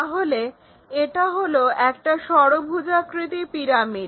তাহলে এটা হলো একটা ষড়ভুজাকৃতি পিরামিড